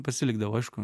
pasilikdavau aišku